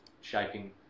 shaping